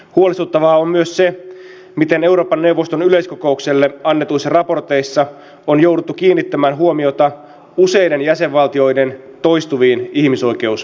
huolestuttavaa on myös se miten euroopan neuvoston yleiskokoukselle annetuissa raporteissa on jouduttu kiinnittämään huomiota useiden jäsenvaltioiden toistuviin ihmisoikeusloukkauksiin